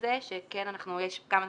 היא שכישלון התמורה,